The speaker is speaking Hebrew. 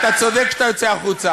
אתה צודק שאתה יוצא החוצה,